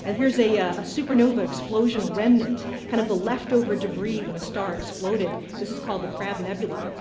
and here's a yeah a supernova explosion remnant, kind of the leftover debris when a star exploded. this is called the crab nebula.